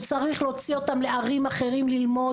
שצריך להוציא אותם לערים אחרות ללמוד.